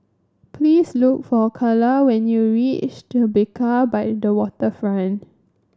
please look for Carla when you reach Tribeca by the Waterfront